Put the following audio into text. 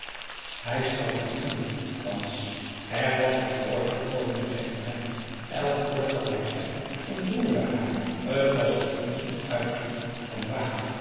hij sprak met vuur thans er was wat orde gekomen in zijn brein elk woord dat hij zei ontroerde haar t was immers een uiting van ware